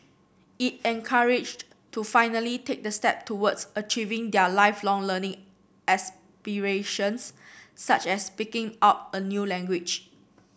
it encouraged to finally take the step towards achieving their Lifelong Learning aspirations such as picking up a new language